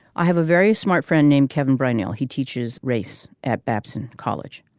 i have a very smart friend named kevin brownell. he teaches race at babson college.